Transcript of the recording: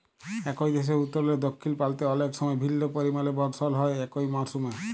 একই দ্যাশের উত্তরলে দখ্খিল পাল্তে অলেক সময় ভিল্ল্য পরিমালে বরসল হ্যয় একই মরসুমে